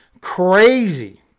crazy